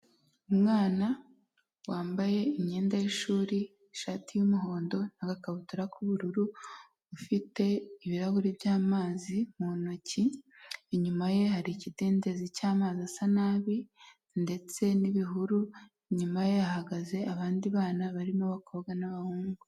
Umwana wambaye imyenda y'ishuri ishati y'umuhondo n'agakabutura k'ubururu ufite ibirahuri by'amazi mu ntoki, inyuma ye hari ikidendezi cy'amazi asa nabi ndetse n'ibihuru, inyuma hahagaze abandi bana barimo abakobwa n'abahungu.